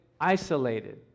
isolated